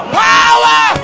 power